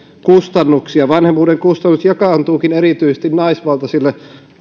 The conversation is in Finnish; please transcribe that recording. kustannuksia vanhemmuuden kustannukset jakaantuvatkin erityisesti naisvaltaisille